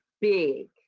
big